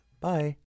Bye